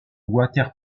water